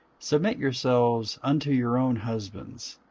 submit yourselves unto your own husbands,